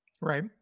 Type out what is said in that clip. Right